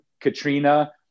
Katrina